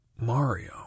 Mario